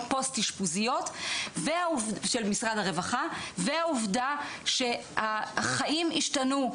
פוסט-אשפוזיות של משרד הרווחה והעובדה שהחיים השתנו,